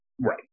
right